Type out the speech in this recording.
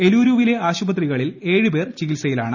എലൂരുവിലെ ആശുപത്രികളിൽ ഏഴ് പേർ ചികിത്സയിലാണ്